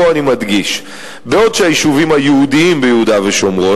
פה אני מדגיש: בעוד שהיישובים היהודיים ביהודה ושומרון